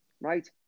right